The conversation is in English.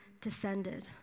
descended